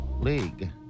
League